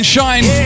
Shine